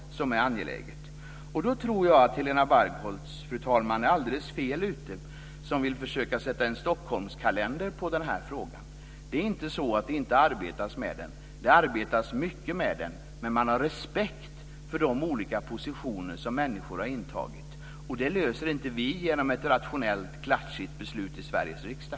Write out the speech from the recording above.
Fru talman! Jag tror att Helena Bargholtz är alldeles fel ute som vill försöka sätta en Stockholmskalender på frågan. Det är inte så att det inte arbetas med frågan. Det arbetas mycket med frågan, men man har respekt för de olika positioner som människor har intagit. Detta löser inte vi med hjälp av ett rationellt, klatschigt beslut i Sveriges riksdag.